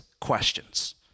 questions